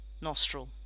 nostril